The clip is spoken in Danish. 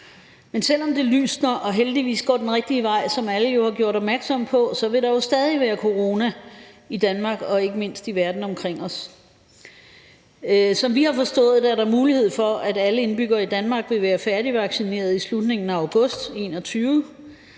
Men selv om det lysner og heldigvis går den rigtige vej, som alle jo har gjort opmærksom på, vil der stadig være corona i Danmark og ikke mindst i verden omkring os. Som vi har forstået det, er der mulighed for, at alle indbyggere i Danmark vil være færdigvaccineret i slutningen af august 2021,